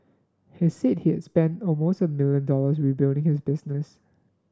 he said he had spent almost a million dollars rebuilding his business